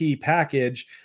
package